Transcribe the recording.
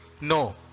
No